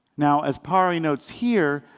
now, as pari notes here,